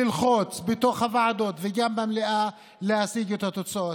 ללחוץ בתוך הוועדות וגם במליאה להשיג את התוצאות.